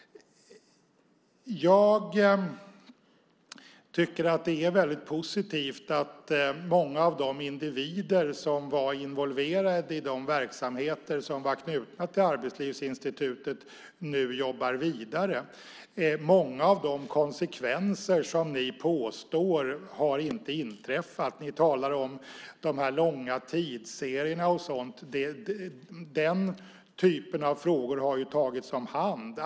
Jag tycker att det är väldigt positivt att många av de individer som var involverade i de verksamheter som var knutna till Arbetslivsinstitutet nu jobbar vidare. Många av de konsekvenser som ni påstår att detta har fått har inte inträffat. Ni talar om de långa tidsserierna, och den typen av frågor har tagits om hand.